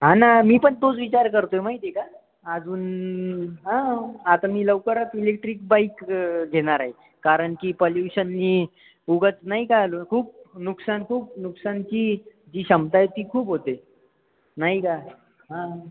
हा ना मी पण तोच विचार करतो आहे माहित आहे का अजून हा आता मी लवकरच इलेक्ट्रिक बाईक घेणार आहे कारण की पोल्यूशनने उगाच नाही का खूप नुकसान खूप नुकसान की जी क्षमता आहे ती खूप होते नाही का हा